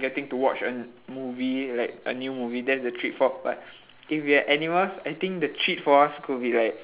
getting to watch a movie like a new movie that's the treat for us but if we are animals I think the treats for us could be like